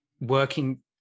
working